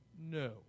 No